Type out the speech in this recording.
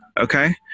okay